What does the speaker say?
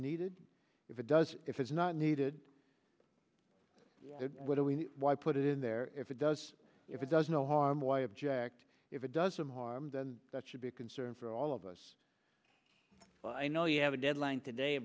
needed if it does if it's not needed what are we why put it in there if it does if it does no harm why object if it doesn't harm then that should be a concern for all of us i know you have a deadline today